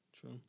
True